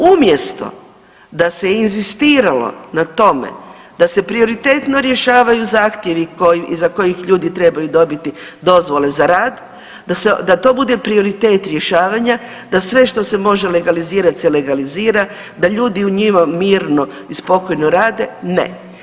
Umjesto da se inzistiralo na tome da se prioritetno rješavaju zahtjevi iza kojih ljudi trebaju dobiti dozvole za rad da to bude prioritet rješavanja, da sve što se može legalizirat se legalizira, da ljudi u njima mirno i spokojno rade, ne.